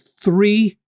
three